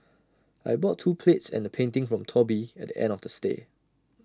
I bought two plates and A painting from Toby at the end of the stay